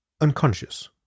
unconscious